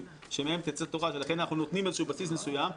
שמהם תצא תורה ולכן אנחנו נותנים איזשהו בסיס מסוים,